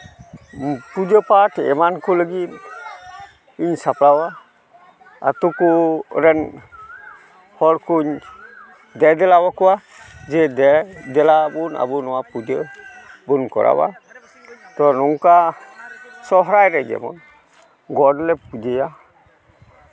ᱯᱩᱡᱟᱹ ᱯᱟᱴ ᱮᱢᱟᱱ ᱠᱚ ᱞᱟᱹᱜᱤᱫ ᱤᱧ ᱥᱟᱯᱲᱟᱣᱟ ᱟᱛᱳ ᱠᱚ ᱨᱮᱱ ᱦᱚᱲ ᱠᱩᱧ ᱫᱮ ᱫᱮᱞᱟ ᱠᱚᱣᱟ ᱡᱮ ᱫᱮ ᱫᱮᱞᱟ ᱟᱵᱚᱱ ᱟᱵᱚ ᱱᱚᱣᱟ ᱯᱩᱡᱟᱹ ᱵᱚᱱ ᱠᱚᱨᱟᱣᱟ ᱛᱚ ᱱᱚᱝᱠᱟ ᱥᱚᱦᱨᱟᱭ ᱨᱮ ᱡᱮᱢᱚᱱ ᱜᱚᱴ ᱞᱮ ᱯᱩᱡᱟᱹᱭᱟ